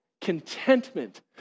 contentment